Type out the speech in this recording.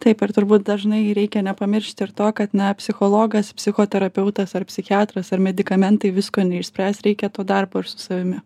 taip ir turbūt dažnai reikia nepamiršti ir to kad na psichologas psichoterapeutas ar psichiatras ar medikamentai visko neišspręs reikia to darbo ir su savimi